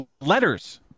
letters